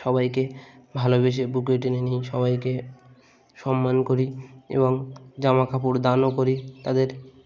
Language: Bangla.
সবাইকে ভালোবেসে বুকে টেনে নিই সবাইকে সম্মান করি এবং জামাকাপড় দানও করি তাদের